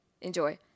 Enjoy